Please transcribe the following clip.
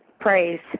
Praise